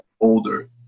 older